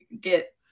get